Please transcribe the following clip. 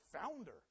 founder